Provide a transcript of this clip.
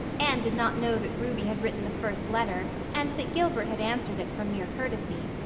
anne did not know that ruby had written the first letter and that gilbert had answered it from mere courtesy.